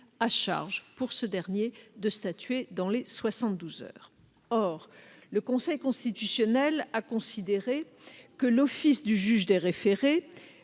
à charge pour celui-ci de statuer dans les soixante-douze heures. Or le Conseil constitutionnel a considéré que l'office du juge des référés,